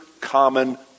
common